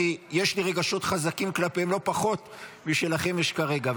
שיש לי רגשות חזקים כלפיהם לא פחות משלכם יש כרגע.